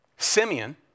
Simeon